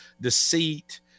deceit